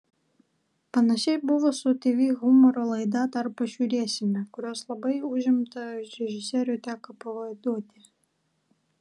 panašiai buvo su tv humoro laida dar pažiūrėsime kurios labai užimtą režisierių teko pavaduoti